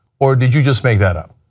or did you just make that up?